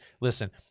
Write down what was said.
listen